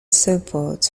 support